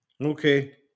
Okay